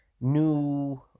new